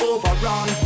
Overrun